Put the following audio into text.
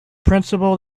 principle